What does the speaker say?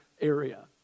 area